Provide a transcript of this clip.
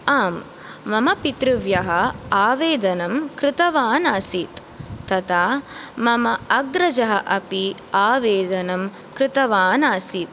आम् मम पितृव्य आवेदनं कृतवान् आसीत् तथा मम अग्रज अपि आवेदनं कृतवान् आसीत्